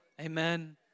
Amen